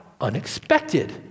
unexpected